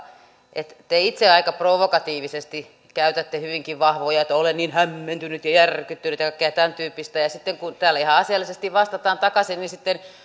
te itse aika provokatiivisesti käytätte hyvinkin vahvoja ilmauksia kuten olen niin hämmentynyt ja järkyttynyt ja kaikkea tämäntyyppistä ja ja sitten kun täällä ihan asiallisesti vastataan takaisin niin sitten se on